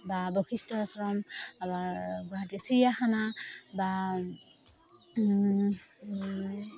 বা বশিষ্ঠ আশ্ৰম গুৱাহাটী চিৰিয়াখানা বা